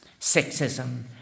sexism